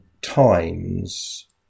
times